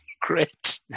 Great